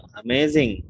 amazing